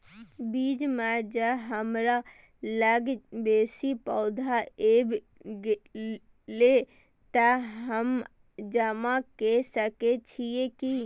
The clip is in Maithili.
बीच म ज हमरा लग बेसी पैसा ऐब गेले त हम जमा के सके छिए की?